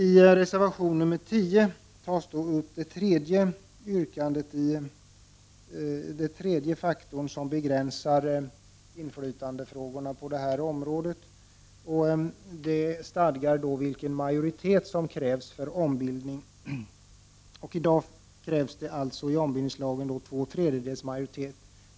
I reservation 10 tas den tredje faktorn som begränsar inflytandet på detta område upp. Det handlar om den majoritet som krävs för att en ombildning skall kunna ske. I dag krävs det enligt ombildningslagen två tredjedels majoritet.